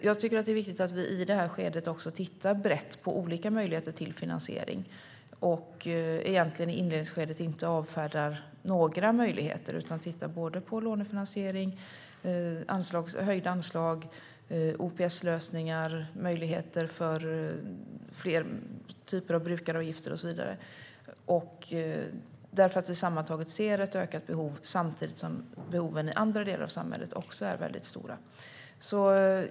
Jag tycker att det är viktigt att vi i det här skedet tittar brett på olika möjligheter till finansiering och i inledningsskedet inte avfärdar några möjligheter utan tittar på lånefinansiering, höjda anslag, OPS-lösningar, möjligheter till fler typer av brukaravgifter och så vidare, därför att vi sammantaget här ser ett ökat behov samtidigt som behoven i andra delar av samhället också är väldigt stora.